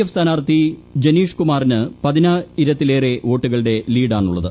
F സ്ഥാനാർത്ഥി ജനീഷ് കുമാറിന് പതിനായിരുത്തിലേറെ വോട്ടുകളുടെ ലീഡാണ് ഉള്ളത്